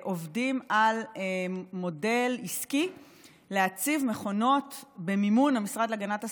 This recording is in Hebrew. עובדים על מודל עסקי להציב מכונות במימון המשרד להגנת הסביבה,